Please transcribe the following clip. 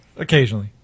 Occasionally